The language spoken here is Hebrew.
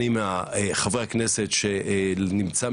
אני מחברי הכנסת שנמצא,